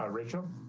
ah rachel